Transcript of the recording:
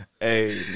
Hey